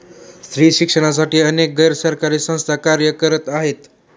स्त्री शिक्षणासाठी अनेक गैर सरकारी संस्था कार्य करत आहेत